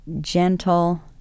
gentle